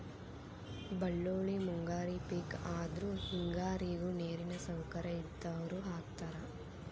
ಬಳ್ಳೋಳ್ಳಿ ಮುಂಗಾರಿ ಪಿಕ್ ಆದ್ರು ಹೆಂಗಾರಿಗು ನೇರಿನ ಸೌಕರ್ಯ ಇದ್ದಾವ್ರು ಹಾಕತಾರ